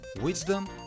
wisdom